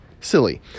silly